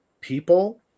people